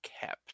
kept